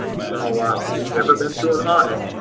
so um if you've ever been through an audit,